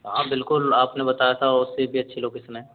हाँ बिल्कुल आपने बताया था उससे भी अच्छी लोकेशन है